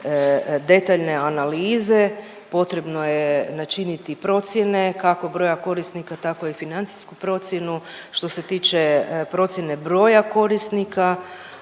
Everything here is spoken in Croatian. detaljne analize, potrebno je načiniti procjene kako broja korisnika, tako i financijsku procjenu. Što se tiče procjene broja korisnika,